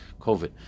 COVID